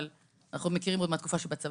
אבל אנחנו מכירים עוד מהתקופה של הצבא.